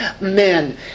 men